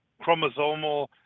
chromosomal